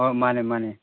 ꯑꯧ ꯃꯥꯅꯦ ꯃꯥꯅꯦ